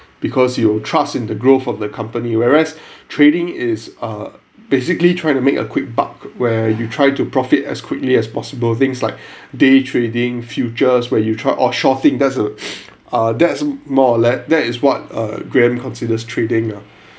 because you'll trust in the growth of the company whereas trading is uh basically trying to make a quick buck where you try to profit as quickly as possible things like day-trading futures where you've tried or shorting that's a ah that's more let that is what uh graham considers trading ah